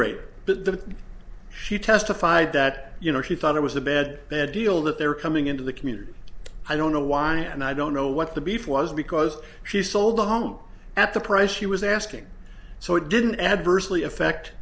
the she testified that you know she thought it was a bad bad deal that they're coming into the community i don't know why and i don't know what the beef was because she sold the home at the price she was asking so it didn't adversely affect